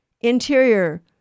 interior